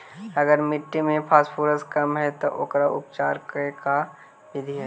अगर मट्टी में फास्फोरस कम है त ओकर उपचार के का बिधि है?